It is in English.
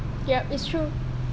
yes it's true